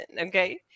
okay